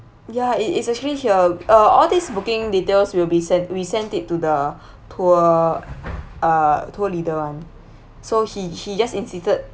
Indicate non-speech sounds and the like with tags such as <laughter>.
ya it is actually here uh all these booking details will be sent we sent it to the <breath> tour uh tour leader [one] so he he just insisted